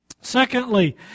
Secondly